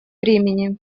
времени